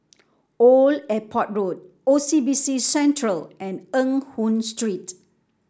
Old Airport Road O C B C Centre and Eng Hoon Street